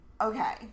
okay